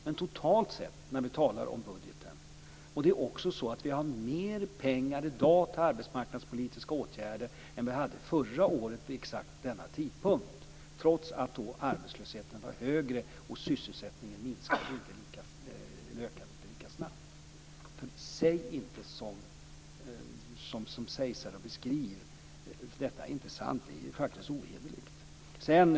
Men totalt sett, när vi talar om budgeten, har vi i dag mer pengar till arbetsmarknadspolitiska åtgärder än vi hade förra året vid exakt denna tidpunkt, trots att arbetslösheten då var högre och sysselsättningen inte ökade lika snabbt. Gör inte de beskrivningar som här har gjorts, för de är inte sanna. Detta är faktiskt ohederligt.